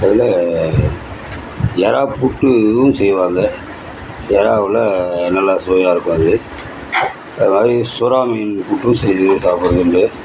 அதில் இறா புட்டு இதுவும் செய்வாங்கள் இறாவுல நல்லா சுவையா இருக்கும் அது அதுமாதிரி சுறாமீன் புட்டும் செய்து சாப்புடுறதுண்டு